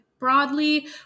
Broadly